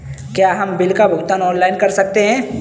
क्या हम बिल का भुगतान ऑनलाइन कर सकते हैं?